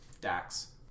Dax